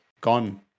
Gone